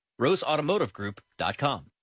roseautomotivegroup.com